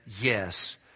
yes